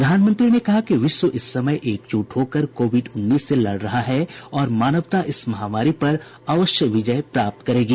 प्रधानमंत्री ने कहा कि विश्व इस समय एकजुट होकर कोविड उन्नीस से लड़ रहा है और मानवता इस महामारी पर अवश्य विजय प्राप्त करेगी